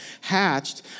hatched